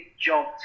job